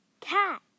Cat